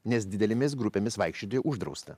nes didelėmis grupėmis vaikščioti uždrausta